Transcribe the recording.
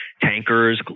tankers